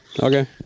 okay